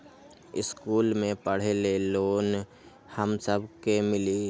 इश्कुल मे पढे ले लोन हम सब के मिली?